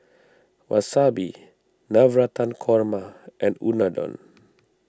Wasabi Navratan Korma and Unadon